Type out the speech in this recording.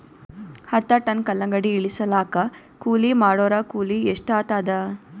ಹತ್ತ ಟನ್ ಕಲ್ಲಂಗಡಿ ಇಳಿಸಲಾಕ ಕೂಲಿ ಮಾಡೊರ ಕೂಲಿ ಎಷ್ಟಾತಾದ?